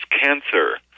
cancer